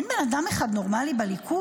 אין בן אדם אחד אחד נורמלי בליכוד,